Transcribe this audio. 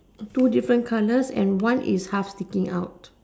two different colors and one is half sticking out